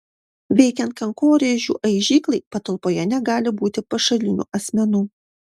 veikiant kankorėžių aižyklai patalpoje negali būti pašalinių asmenų